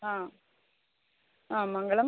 ஆ ஆ மங்களம்